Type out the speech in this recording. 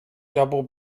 double